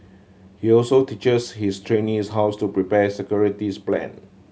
he also teaches his trainees hows to prepare security plan